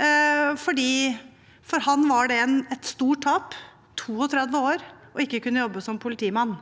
32-åring var et stort tap ikke å kunne jobbe som politimann.